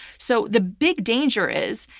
so the big danger is,